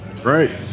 Great